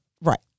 Right